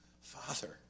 Father